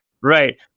Right